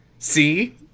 See